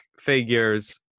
figures